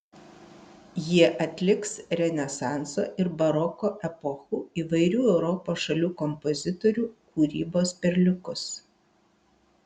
jie atliks renesanso ir baroko epochų įvairių europos šalių kompozitorių kūrybos perliukus